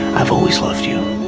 i've always loved you